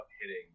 hitting